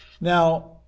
now